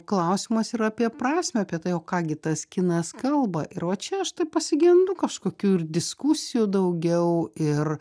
klausimas ir apie prasmę apie tai o ką gi tas kinas kalba ir o čia aš tai pasigendu kažkokių ir diskusijų daugiau ir